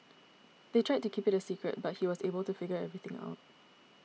they tried to keep it a secret but he was able to figure everything out